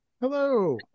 Hello